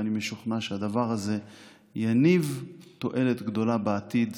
ואני משוכנע שהדבר הזה יניב תועלת גדולה בעתיד,